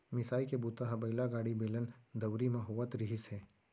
मिसाई के बूता ह बइला गाड़ी, बेलन, दउंरी म होवत रिहिस हे